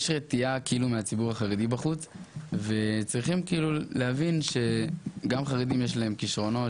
יש רתיעה מהציבור החרדי בחוץ וצריכים להבין שגם לחרדים יש כישרונות,